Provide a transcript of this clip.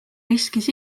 riskis